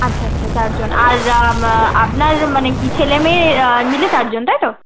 আচ্ছা আচ্ছা চার জন আর আপনার মানে কি ছেলে মেয়ে মিলে চার জন তাই তো